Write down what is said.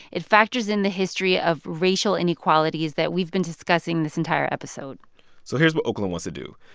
it factors in the history of racial inequalities that we've been discussing this entire episode so here's what oakland wants to do.